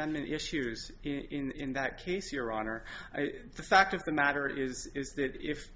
amendment issues in that case your honor the fact of the matter is is that if